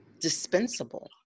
dispensable